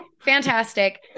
fantastic